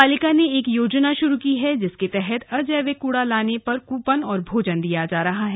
पालिका ने एक योजना शुरू की है जिसके तहत अजैविक कूडा लाने पर कृपन और भोजन दिया जा रहा है